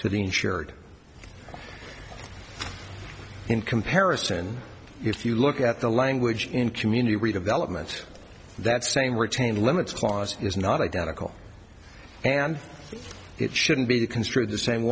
insured in comparison if you look at the language in community redevelopment that same retain limits clause is not identical and it shouldn't be construed the same